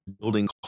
building